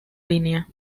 línea